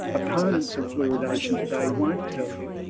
opponents of fluoridation today, won't tell you,